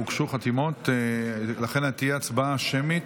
הוגשו חתימות, לכן תהיה הצבעה שמית.